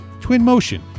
Twinmotion